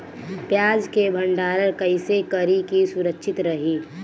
प्याज के भंडारण कइसे करी की सुरक्षित रही?